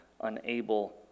unable